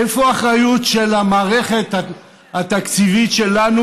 איפה האחריות של המערכת התקציבית שלנו,